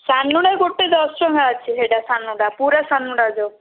ସାନୁଟା ଗୋଟେ ଦଶଟଙ୍କା ଅଛି ସେଇଟା ସାନୁଟା ପୁରା ସାନୁଟା ପୁରା ସାନୁଟା ଯୋଉଁ